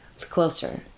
closer